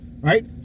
right